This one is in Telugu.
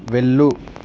వెళ్ళు